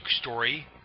story